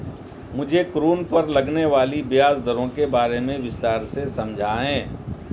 मुझे ऋण पर लगने वाली ब्याज दरों के बारे में विस्तार से समझाएं